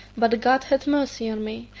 but god had mercy on me,